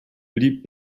blieb